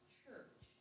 church